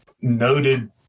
noted